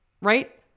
right